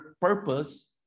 purpose